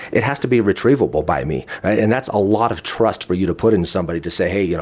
it has to be retrievable by me. and that's a lot of trust for you to put into somebody to say, hey, you know